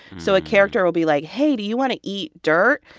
so a character will be like, hey, do you want to eat dirt?